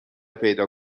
پیدا